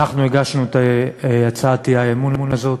הגשנו את הצעת האי-אמון הזאת.